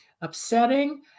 upsetting